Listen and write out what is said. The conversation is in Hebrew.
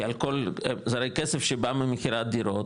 כי הרי זה כסף שבא ממכירת דירות,